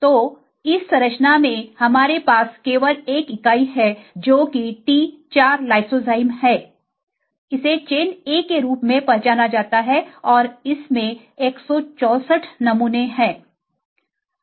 तो इस संरचना में हमारे पास केवल 1 इकाई है जो कि T4 LYSOZYME है इसे चेन A के रूप में पहचाना जाता है और इसमें 164 नमूने हैं